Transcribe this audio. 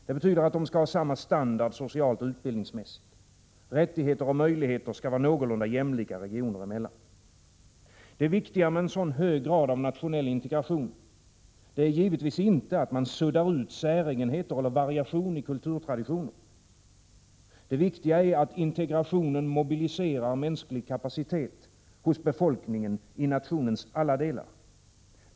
Det betyder att de skall ha samma standard socialt och utbildningsmässigt. Rättigheter och möjligheter skall vara någorlunda jämlika regioner emellan. Det viktiga med en sådan hög grad av nationell integration är givetvis inte att man suddar ut säregenheter eller variation i kulturtraditioner. Det viktiga är att integrationen mobiliserar mänsklig kapacitet hos befolkningen i nationens alla delar.